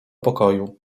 pokoju